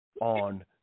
on